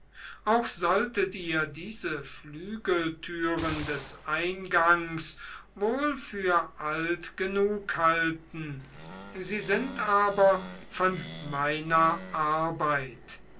auch solltet ihr diese flügeltüren des eingangs wohl für alt genug halten sie sind aber von meiner arbeit